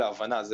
מורכב.